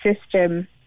system